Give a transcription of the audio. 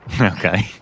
Okay